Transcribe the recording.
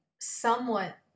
somewhat